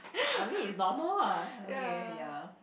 I mean it's normal ah okay ya